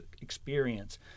experience